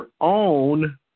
own